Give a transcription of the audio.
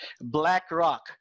BlackRock